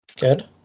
Good